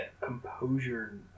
composure